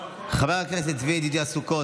חבר הכנסת צבי ידידיה סוכות,